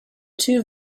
two